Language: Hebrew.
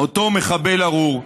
אותו מחבל ארור.